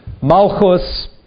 Malchus